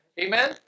Amen